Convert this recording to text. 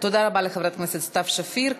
תודה רבה לחברת הכנסת סתיו שפיר.